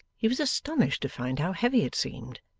he was astonished to find how heavy it seemed,